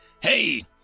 Hey